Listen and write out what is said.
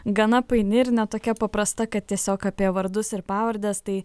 gana paini ir ne tokia paprasta kad tiesiog apie vardus ir pavardes tai